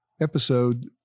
episode